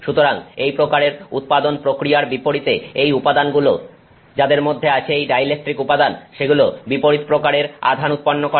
সুতরাং এই প্রকারের উৎপাদন প্রক্রিয়ার বিপরীতে এই উপাদানগুলো যাদের মধ্যে আছে এই ডাই ইলেকট্রিক উপাদান সেগুলো বিপরীত প্রকারের আধান উৎপন্ন করে